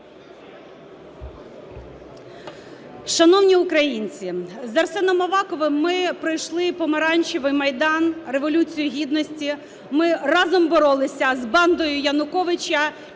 Шановні українці, з Арсеном Аваковим ми пройшли "помаранчевий майдан", Революцію Гідності. Ми разом боролися з бандою Януковича